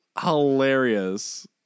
hilarious